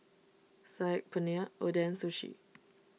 Saag Paneer Oden Sushi